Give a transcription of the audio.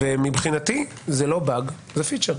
מבחינתי זה לא באג אלא זה פיצ'ר.